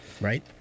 Right